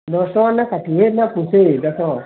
ଦଶ୍ ଟଙ୍କା ନାଇ କାଟି ହୁଏ ନାଇ ପୁଷେ ଦେଖ